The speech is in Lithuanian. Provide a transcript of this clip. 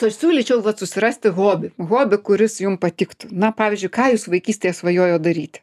aš siūlyčiau vat susirasti hobį hobį kuris jum patiktų na pavyzdžiui ką jūs vaikystėje svajojot daryti